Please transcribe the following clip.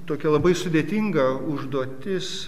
tokia labai sudėtinga užduotis